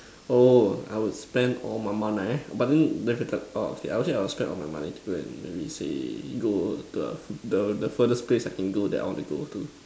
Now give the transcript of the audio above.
oh I would spend all my money but then okay I would say I would spend all my money to go and maybe say go to the the the furthest place I can go that I want to go to